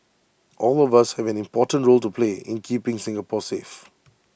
all of us have an important role to play in keeping Singapore safe